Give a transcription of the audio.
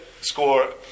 score